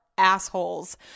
assholes